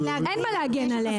אין מה להגן עליהם.